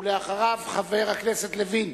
חבר הכנסת לוין.